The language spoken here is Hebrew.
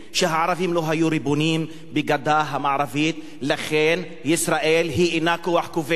שהערבים לא היו ריבונים בגדה המערבית לכן ישראל היא אינה כוח כובש,